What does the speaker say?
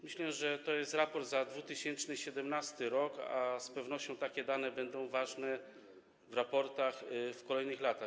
Myślę, że to jest raport za 2017 r., a z pewnością takie dane będą ważne w raportach z kolejnych lat.